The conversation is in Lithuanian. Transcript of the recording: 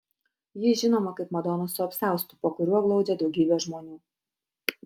ji žinoma kaip madona su apsiaustu po kuriuo glaudžia daugybę žmonių